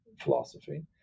philosophy